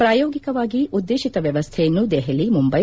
ಪ್ರಾಯೋಗಿಕವಾಗಿ ಉದ್ದೇಶಿತ ವ್ಯವಸ್ಥೆಯನ್ನು ದೆಹಲಿ ಮುಂಬೈ